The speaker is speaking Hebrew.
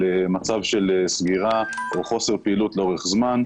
מצב של סגירה או חוסר פעילות לאורך זמן,